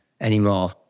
anymore